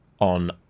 on